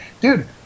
dude